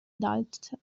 danze